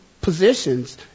positions